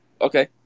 Okay